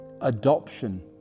adoption